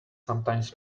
sometimes